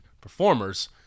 performers